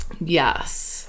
Yes